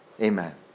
Amen